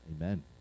Amen